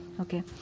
okay